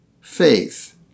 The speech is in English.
faith